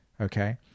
okay